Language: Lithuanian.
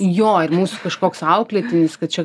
jo ir mūsų kažkoks auklėtinis kad čia